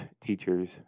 teachers